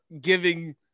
giving